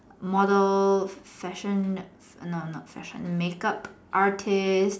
model fashion no no fashion makeup artist